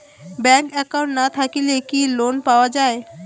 Bank account না থাকিলে কি লোন পাওয়া য়ায়?